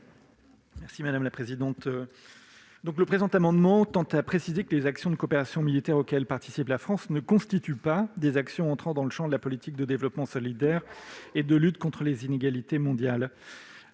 l'avis de la commission ? Cet amendement tend à préciser que les actions de coopération militaire auxquelles participe la France ne constituent pas des actions entrant dans le champ de la politique de développement solidaire et de lutte contre les inégalités mondiales.